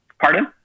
Pardon